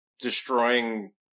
destroying